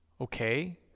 Okay